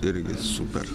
irgi super